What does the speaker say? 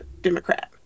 Democrat